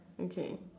okay